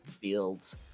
builds